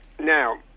Now